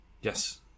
Yes